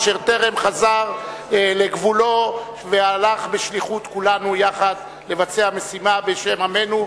אשר הלך בשליחות כולנו יחד לבצע משימה בשם עמנו,